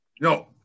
No